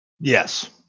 Yes